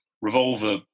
Revolver